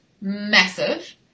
massive